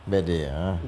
bad day (uh huh)